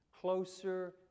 Closer